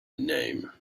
name